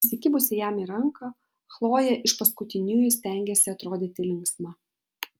įsikibusi jam į ranką chlojė iš paskutiniųjų stengėsi atrodyti linksma